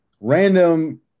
random